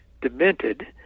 demented